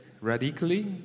radically